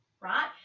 right